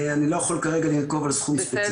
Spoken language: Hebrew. אני לא יכול כרגע לנקוב בסכום ספציפי.